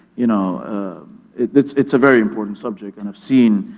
you know it's it's a very important subject and i've seen.